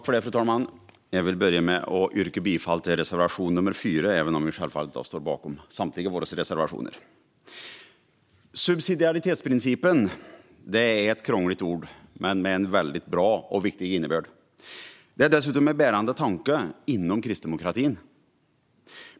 Fru talman! Jag vill börja med att yrka bifall till reservation nr 4, även om vi självfallet står bakom samtliga våra reservationer. Subsidiaritetsprincipen är ett krångligt ord men med en väldigt bra och viktig innebörd. Den är dessutom en bärande tanke inom kristdemokratin.